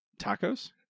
Tacos